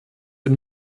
ein